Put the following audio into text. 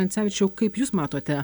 ancevičiau kaip jūs matote